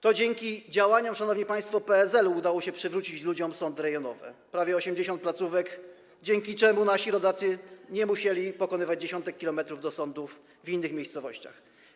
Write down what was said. To dzięki działaniom, szanowni państwo, PSL-u udało się przywrócić ludziom sądy rejonowe, prawie 80 placówek, dzięki czemu nasi rodacy nie musieli pokonywać dziesiątek kilometrów, by dotrzeć do sądów w innych miejscowościach.